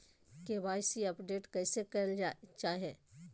KYC update कैसे करल जाहै?